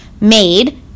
made